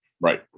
Right